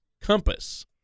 Compass